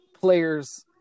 players